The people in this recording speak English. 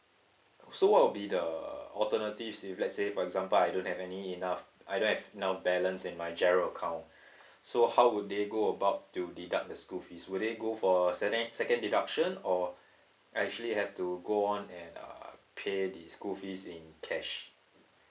so what will be the uh alternative if let's say for example I don't have any enough I don't have enough balance in my G_I_R_O account so how would they go about to deduct the school fees will they go for second second deduction or I actually have to go on and uh pay the school fees in cash